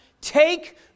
Take